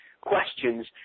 questions